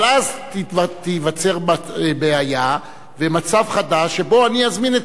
אבל אז תיווצר בעיה ומצב חדש שבו אני אזמין את